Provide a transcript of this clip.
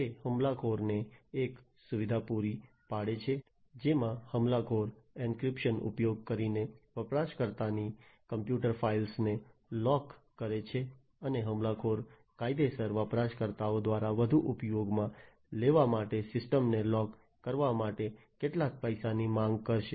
તે હુમલાખોરને એક સુવિધા પૂરી પાડે છે જેમાં હુમલાખોર એન્ક્રીપ્શન ઉપયોગ કરીને વપરાશકર્તાની કમ્પ્યુટર ફાઇલોને લૉક કરે છે અને હુમલાખોર કાયદેસર વપરાશકર્તાઓ દ્વારા વધુ ઉપયોગમાં લેવા માટે સિસ્ટમ ને લૉક કરવા માટે કેટલાક પૈસાની માંગ કરશે